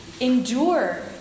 endure